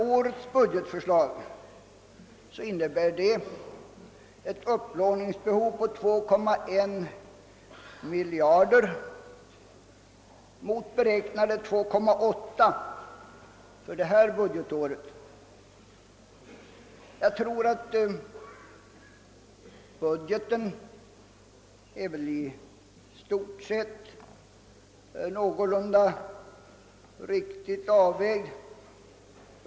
Årets budgetförslag innebär ett upplåningsbehov av 2,1 miljarder kronor mot beräknade 2,8 miljarder för innevarande budgetår. Budgeten är väl i stort sett riktigt avvägd.